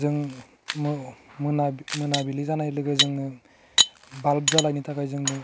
जों मो मोना मोनाबिलि जानाय लोगो जोङो बाल्ब जालायनो थाखाइ जोंनो